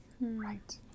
Right